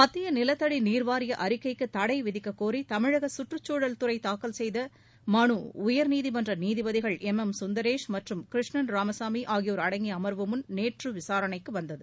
மத்திய நிலத்தடி நீர் வாரிய அறிக்கைக்கு தடை விதிக்க கோரி தமிழக சுற்றுச்சூழல் துறை தாக்கல் செய்த மனு உயர்நீதிமன்ற நீதிபதிகள் எம் எம் சுந்தரேஷ் மற்றும் கிருஷ்ணன் ராமசாமி ஆகியோர் அடங்கிய அமா்வு முன் நேற்று விசாரணைக்கு வந்தது